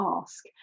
ask